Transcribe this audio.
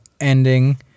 ending